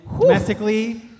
Domestically